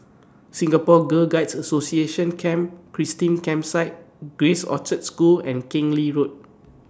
Singapore Girl Guides Association Camp Christine Campsite Grace Orchard School and Keng Lee Road